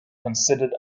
considered